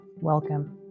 welcome